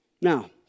Now